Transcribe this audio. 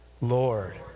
Lord